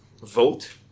vote